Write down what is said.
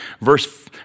Verse